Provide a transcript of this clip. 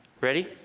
ready